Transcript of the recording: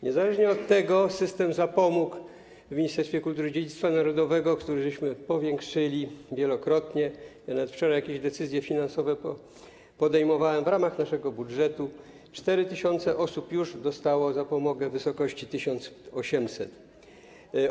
Niezależnie od tego jest system zapomóg w Ministerstwie Kultury i Dziedzictwa Narodowego, który powiększyliśmy wielokrotnie, ja nawet wczoraj jakieś decyzje finansowe podejmowałem w ramach naszego budżetu, 4 tys. osób już dostało zapomogę w wysokości 1800 zł.